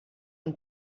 und